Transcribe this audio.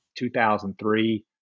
2003